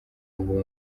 ubu